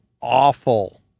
awful